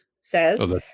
says-